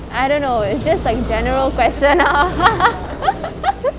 I don't know it's just like general question ah